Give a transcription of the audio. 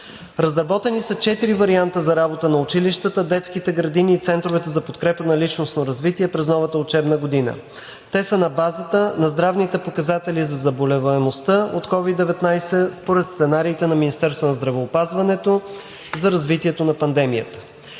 Разработени са четири варианта за работа на училищата, детските градини и центровете за подкрепа на личностно развитие през новата учебна година. Те са на базата на здравните показатели за заболеваемостта от COVID-19 според сценариите на Министерството на здравеопазването за развитието на пандемията.